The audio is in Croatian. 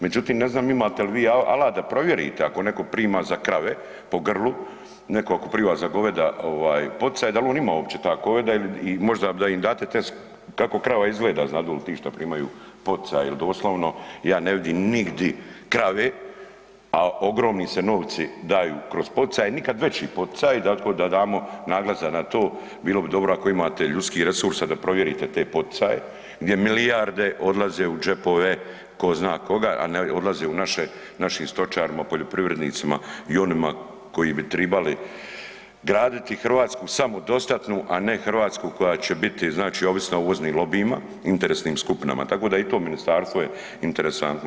Međutim, ne znam imate li vi alat da provjerite ako neko prima za krave po grlu, neko ako prima za goveda ovaj poticaj dal on ima uopće ta goveda i možda da im date test kako krava izgleda znadu li ti šta primaju poticaje jel doslovno ja ne vidim nigdi krave, a ogromni se novci daju kroz poticaje, nikad veći poticaji, tako da damo naglasak na to bilo bi dobro ako imate ljudskih resursa da provjerite te poticaje gdje milijarde odlaze u džepove ko zna koga, a ne odlaze u naše, našim stočarima, poljoprivrednicima i onima koji bi tribali graditi Hrvatsku samodostatnu, a ne Hrvatsku koja će biti, znači ovisna o uvoznim lobijima, interesnim skupinama, tako da i to ministarstvo je interesantno.